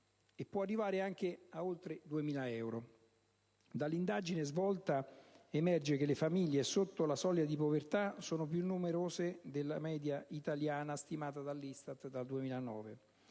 e può arrivare oltre i 2.000 euro. Dall'indagine emerge che le famiglie sotto la soglia di povertà sono più numerose della media italiana stimata dall'ISTAT nel 2009.